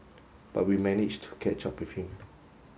but we managed to catch up with him